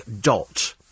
dot